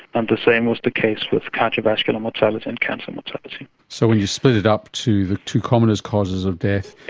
and the same was the case with cardiovascular mortality and cancer mortality. so when you split it up to the two commonest causes of death,